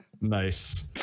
Nice